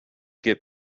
get